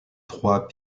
trois